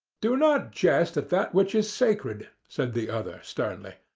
do not jest at that which is sacred, said the other sternly.